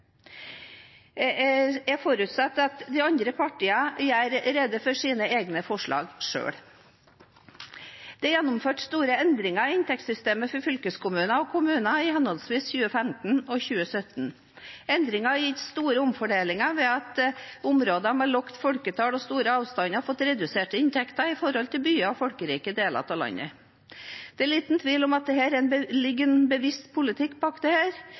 Jeg forutsetter at de andre partiene gjør rede for sine egne forslag selv. Det ble gjennomført store endringer i inntektssystemene for fylkeskommunene og kommunene i henholdsvis 2015 og 2017. Endringene har gitt store omfordelinger ved at områder med lavt folketall og store avstander har fått reduserte inntekter i forhold til byer og folkerike deler av landet. Det er liten tvil om at det ligger en bevisst politikk